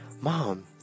mom